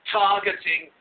targeting